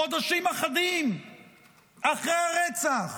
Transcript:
חודשים אחדים אחרי הרצח,